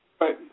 right